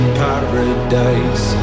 paradise